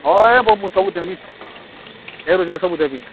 ହଏ ହେ ପୁଅ ମୁଁ ସବୁ ଦେବିଁ ଏ ଟୁ ଜେଡ଼୍ ସବୁ ଦେବିଁ